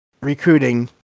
recruiting